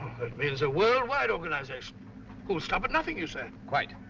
means a worldwide organization who'll stop at nothing, you say. quite.